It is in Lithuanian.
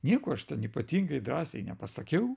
nieko aš ten ypatingai drąsiai nepasakiau